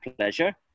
pleasure